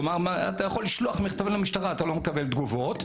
כלומר אתה יכול לשלוח מכתבים למשטרה ואתה לא מקבל תגובות.